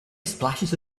splashes